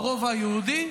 ברובע היהודי.